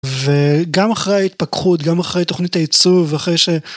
וגם אחרי ההתפכחות, גם אחרי תוכנית העיצוב, אחרי ש...